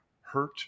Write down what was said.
hurt